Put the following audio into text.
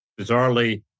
Bizarrely